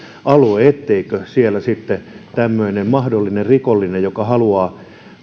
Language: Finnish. alue etteikö siellä tämmöinen mahdollinen rikollinen joka haluaa